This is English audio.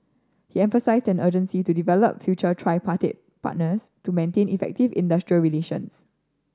he emphasised an urgency to develop future tripartite party partners to maintain effective industrial relations